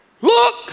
Look